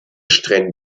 strände